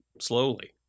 slowly